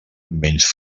menys